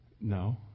No